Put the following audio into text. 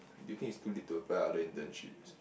do you think it's too late to apply other internships